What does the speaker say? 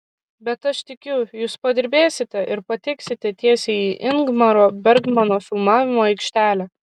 bet aš tikiu jūs padirbėsite ir pateksite tiesiai į ingmaro bergmano filmavimo aikštelę